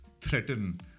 threaten